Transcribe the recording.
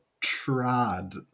trod